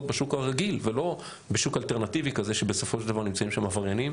בשוק הרגיל ולא בשוק אלטרנטיבי כזה שבסופו של דבר נמצאים שם עבריינים,